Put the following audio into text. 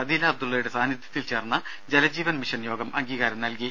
അദീല അബ്ദുള്ളയുടെ സാന്നിധ്യത്തിൽ ചേർന്ന ജലജീവൻ മിഷൻ യോഗം അംഗീകാരം നൽകി